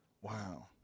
Wow